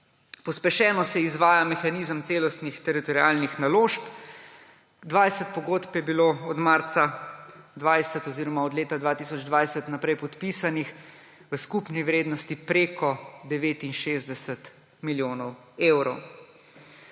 Pospešeno se izvaja mehanizem celostnih teritorialnih naložb, 20 pogodb je bilo od leta 2020 naprej podpisanih, v skupni vrednosti preko 69 milijonov evrov.